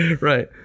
Right